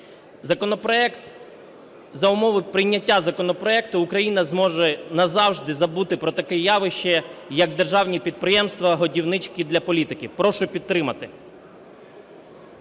За умови прийняття законопроекту Україна зможе назавжди забути про таке явище, як державні підприємства – годівнички для політиків. Прошу підтримати.